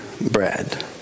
bread